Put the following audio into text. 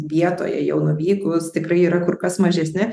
vietoje jau nuvykus tikrai yra kur kas mažesni